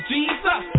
Jesus